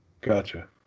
Gotcha